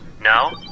Now